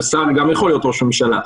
ששר גם יכול להיות ראש ממשלה.